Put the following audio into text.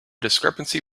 discrepancy